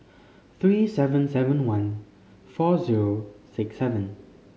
three seven seven one four zero six seven